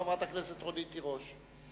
חברת הכנסת רונית תירוש.